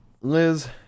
Liz